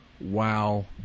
wow